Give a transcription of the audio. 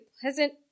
pleasant